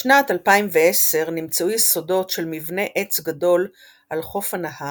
בשנת 2010 נמצאו יסודות של מבנה עץ גדול על חוף הנהר,